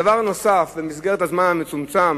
הדבר הנוסף שאני רוצה להעלות במסגרת הזמן המצומצם,